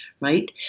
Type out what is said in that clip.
right